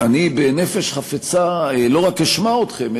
אני בנפש חפצה לא רק אשמע אתכם,